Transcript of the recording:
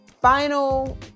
final